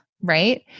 Right